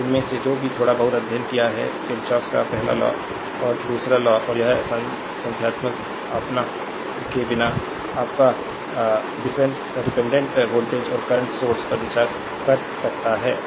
तो इनमें से जो भी थोड़ा बहुत अध्ययन किया है किरचॉफ का पहला लॉ और दूसरा लॉ और यह सब संख्यात्मक आपका के बिना आपका पर डिपेंडेंट वोल्टेज और करंट सोर्स पर विचार कर सकता है